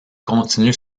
continue